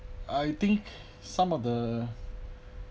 I think some of the